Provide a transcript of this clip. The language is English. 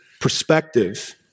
perspective